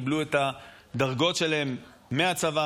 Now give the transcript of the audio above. קיבלו את הדרגות שלהם מהצבא,